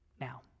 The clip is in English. now